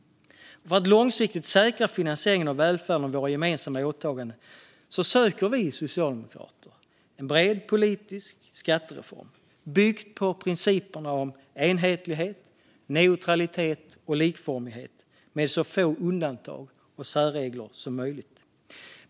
För att långsiktigt säkra finansieringen av välfärden och våra gemensamma åtaganden söker vi socialdemokrater en bred politisk skattereform, byggd på principerna om enhetlighet, neutralitet och likformighet med så få undantag och särregler som möjligt.